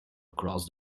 across